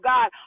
God